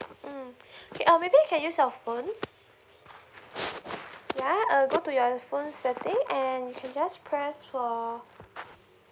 mm okay uh maybe you can use your phone yeah I'll go to your phone settings and can just press for